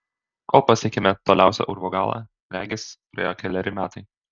kol pasiekėme toliausią urvo galą regis praėjo keleri metai